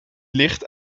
licht